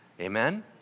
Amen